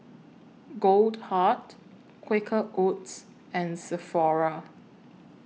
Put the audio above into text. Goldheart Quaker Oats and Sephora